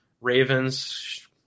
Ravens